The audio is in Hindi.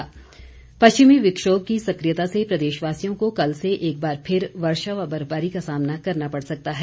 मौसम पश्चिमी विक्षोभ की सक्रियता से प्रदेशवासियों को कल से एक बार फिर वर्षा व बर्फबारी का सामना करना पड़ सकता है